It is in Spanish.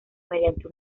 mediante